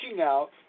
out